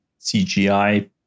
CGI